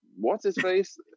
what's-his-face